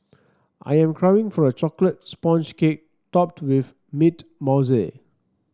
I am craving for a chocolate sponge cake topped with mint mousse